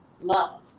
love